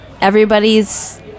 everybody's